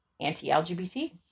anti-LGBT